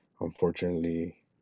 unfortunately